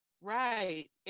right